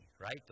right